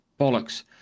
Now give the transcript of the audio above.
Bollocks